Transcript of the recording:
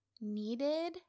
needed